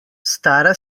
stara